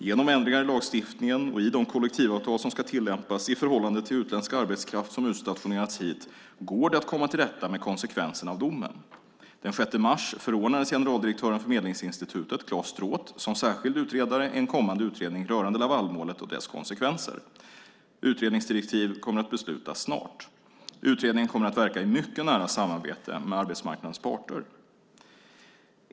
Genom ändringar i lagstiftningen och i de kollektivavtal som ska tillämpas i förhållande till utländsk arbetskraft som utstationerats hit går det att komma till rätta med konsekvenserna av domen. Den 6 mars förordnades generaldirektören för Medlingsinstitutet, Claes Stråth, som särskild utredare i en kommande utredning rörande Lavalmålet och dess konsekvenser. Utredningsdirektiv kommer att beslutas snart. Utredningen kommer att verka i mycket nära samarbete med arbetsmarknadens parter.